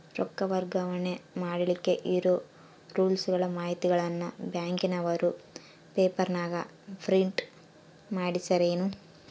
ರೊಕ್ಕ ವರ್ಗಾವಣೆ ಮಾಡಿಲಿಕ್ಕೆ ಇರೋ ರೂಲ್ಸುಗಳ ಮಾಹಿತಿಯನ್ನ ಬ್ಯಾಂಕಿನವರು ಪೇಪರನಾಗ ಪ್ರಿಂಟ್ ಮಾಡಿಸ್ಯಾರೇನು?